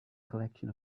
collection